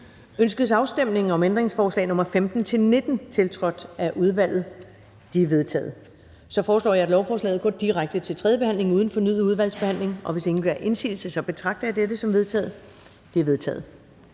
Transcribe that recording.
Ønskes afstemning om ændringsforslag nr. 15-19, tiltrådt af udvalget? De er vedtaget. Jeg foreslår, at lovforslaget går direkte til tredje behandling uden fornyet udvalgsbehandling. Hvis ingen gør indsigelse, betragter jeg dette som vedtaget. Det er vedtaget.